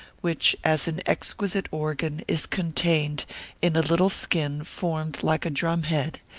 which as an exquisite organ is contained in a little skin formed like a drum-head,